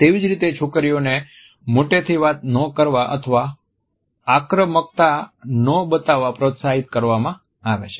તેવી જ રીતે છોકરીઓને મોટેથી વાત ન કરવા અથવા આક્રમકતા ન બતાવવા પ્રોત્સાહિત કરવામાં આવે છે